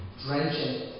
Drenching